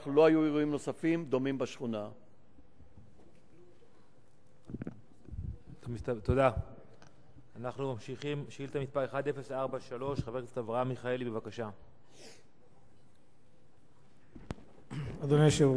3. מבירור שנערך, לא היו